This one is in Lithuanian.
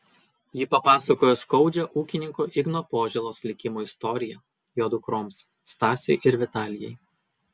ji papasakojo skaudžią ūkininko igno požėlos likimo istoriją jo dukroms stasei ir vitalijai